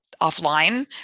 offline